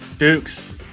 Dukes